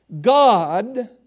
God